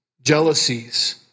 jealousies